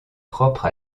propre